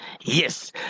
yes